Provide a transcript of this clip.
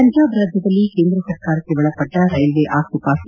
ಪಂಜಾಬ್ ರಾಜ್ಯದಲ್ಲಿ ಕೇಂದ್ರ ಸರ್ಕಾರಕ್ಕೆ ಒಳಪಟ್ಟ ರೈಲ್ವೆ ಆಶ್ತಿಪಾಸ್ತಿ